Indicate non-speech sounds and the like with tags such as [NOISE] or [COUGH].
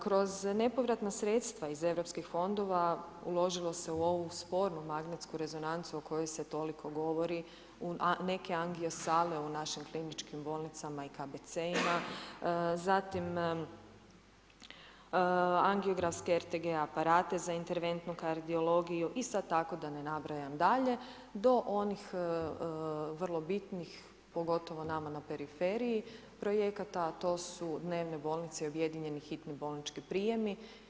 Kroz nepovratan sredstva iz europskih fondova, uložilo se u ovu spornu magnetsku rezonancu o kojoj se toliko govori, a neke aniosle u našim kliničkim bolnicama i KBC-ima, zatim … [UNINTELLIGIBLE] RTG aparate, za interventnu kardiologiju, isto tako da ne nabrajam dalje, do onih vrlo bitnih pogotovo nama na periferiji projekata, a to su dnevne bolnice, objedinjenih hitni bolnički prijemi.